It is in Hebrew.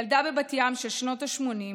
ילדה בבת ים של שנות השמונים,